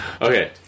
Okay